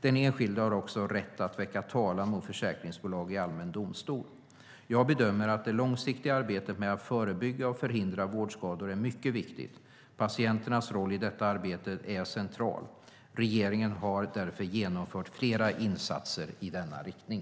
Den enskilde har också rätt att väcka talan mot försäkringsbolag i allmän domstol. Jag bedömer att det långsiktiga arbetet med att förebygga och förhindra vårdskador är mycket viktigt. Patienternas roll i detta arbete är central. Regeringen har därför genomfört flera insatser i denna riktning.